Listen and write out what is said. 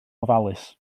ofalus